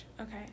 okay